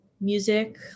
music